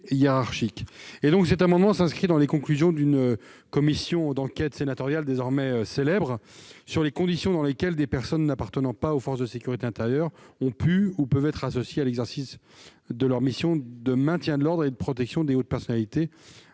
Cet amendement s'inscrit dans le prolongement des conclusions d'une commission d'enquête sénatoriale désormais célèbre, la commission d'enquête sur les conditions dans lesquelles des personnes n'appartenant pas aux forces de sécurité intérieure ont pu ou peuvent être associées à l'exercice de leurs missions de maintien de l'ordre et de protection de hautes personnalités